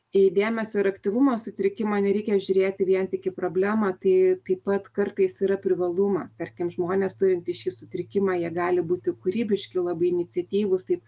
į dėmesio ir aktyvumo sutrikimą nereikia žiūrėti vien tik į problemą tai taip pat kartais yra privalumas tarkim žmonės turintys šį sutrikimą jie gali būti kūrybiški labai iniciatyvūs taip